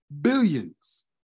billions